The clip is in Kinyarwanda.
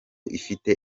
ifite